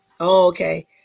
okay